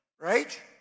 right